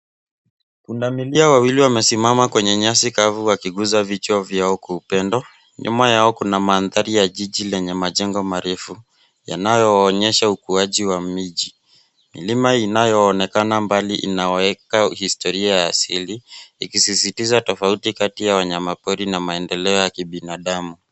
Pundamilia wawili wamesimama kwenye nyasi kavu wakigusa vichwa vyao kwa upendo. Nyuma yao kuna mandhari ya jiji lenye majengo marefu yanayoonyesha ukuaji wa miji. Milima inayoonekana mbali inaweka historia asili, ikisisitiza tofauti kati ya wanyamapori na maendeleo ya kibinadamu.